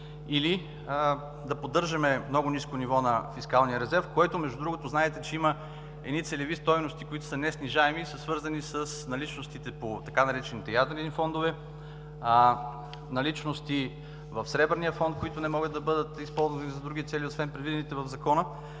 или да поддържаме много ниско ниво на фискалния резерв, което, между другото, знаете, че има целеви стойности, които са неснижаеми и са свързани с наличностите по така наречените „ядрени фондове“, наличности в Сребърния фонд, които не могат да бъдат използвани за други цели, освен предвидените в Закона.